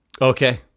Okay